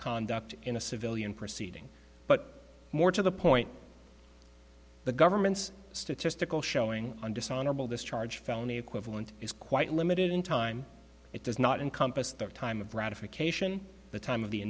conduct in a civilian proceeding but more to the point the government's statistical showing dishonorable discharge felony equivalent is quite limited in time it does not encompass the time of ratification the time of the